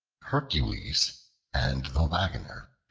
hercules and the wagoner